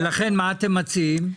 ולכן מה אתם מציעים?